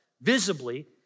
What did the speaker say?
visibly